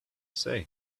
say